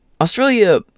Australia